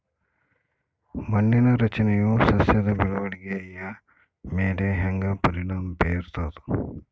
ಮಣ್ಣಿನ ರಚನೆಯು ಸಸ್ಯದ ಬೆಳವಣಿಗೆಯ ಮೇಲೆ ಹೆಂಗ ಪರಿಣಾಮ ಬೇರ್ತದ?